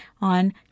on